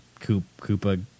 Koopa